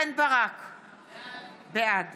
בעד